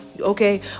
okay